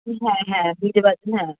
হ্যাঁ হ্যাঁ বুঝতে পারছেন হ্যাঁ